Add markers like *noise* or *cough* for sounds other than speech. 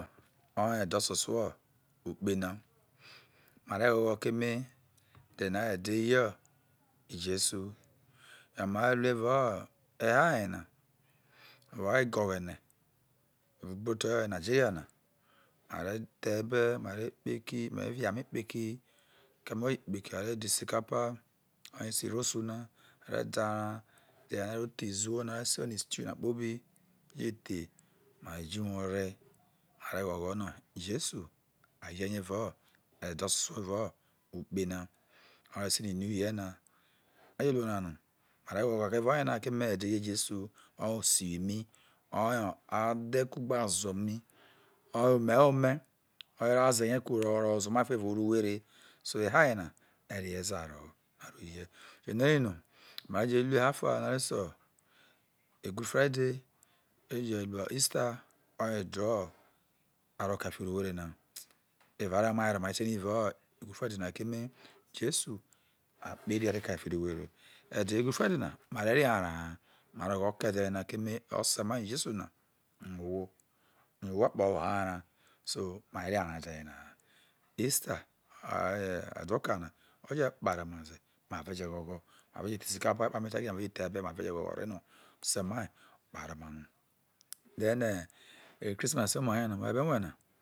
Oye ede ososuo ukpena mare ghogho keme ede yena ho ede eye jesu ioware no mare ru evao ehaa yena woho egoghene ubroto nigeria na mare the ebe mare kpoho eki mare viame kpeki maje kpeki a re de isicapa ne arese irosona are de arao de eware no re ro the izuwona no arese no stew kpobi je the mare jo uwou rema re ghoghono jesu a yene evao ede sosuo evao ukpena no are se no new year na aje ru onana no are gho gho evao yena keme ede eye jesu oye osiwimai oye ho adhe kugbe azemai oye ho ome ho oye ho adhe kugbeazemai oye ho ome ho ome oye ro aze rei ro wezerbomai fo evac oroso uhwere so ehaa yena mere rehe zaro ho mere ruei uje no ere no mareje ru ehaa ofa no are se good friday mareje ru oaster oue ede ari ku fiho uhwere na *hesitation* eva re mai were omai tere evao good friday naha keme jesu a kpe nr ate karie fihoure ede good friday nama rere arao ha ma roho ke ede yena keme ose mai jesu na omamo ohwo yo ohwo akpo rro woho arao so mare re arow ede yena ha easter oye edokana oje kparoma zena ma veje ghogho ma ve je the isi capa epano ma be ghogho reno ose o kparomano them eh christmas omarue no whe be ruena.